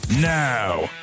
Now